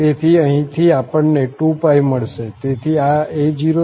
તેથી અહીંથી આપણને 2π મળશે